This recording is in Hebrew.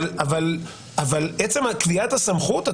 אבל בעצם קביעת הסמכות,